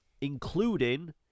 including